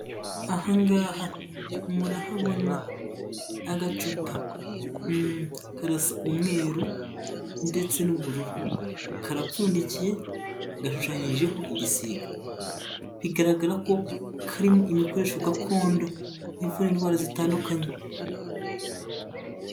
Aha ngaha murahabona agacupa karasa umweru, ndetse n'ubururu karapfundikiye gashushanyijeho igisiga, bigaragara ko karimo ibikoresho gakondo, bivura indwara zitandukanye.